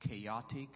chaotic